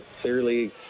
clearly